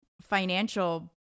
financial